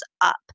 up